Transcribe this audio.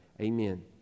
Amen